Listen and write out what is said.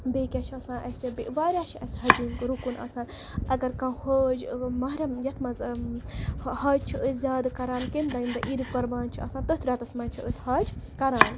بیٚیہِ کیٛاہ چھِ آسان اَسہِ بیٚیہِ واریاہ چھِ اَسہِ حَجِک رُکُن آسان اگر کانٛہہ حٲج محرم یَتھ منٛز حج چھِ أسۍ زیادٕ کَران کمہِ دۄہ ییٚمہِ دۄہ عیٖدِ قۄربان چھِ آسان تٔتھۍ رٮ۪تَس منٛز چھِ أسۍ حج کَران